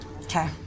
Okay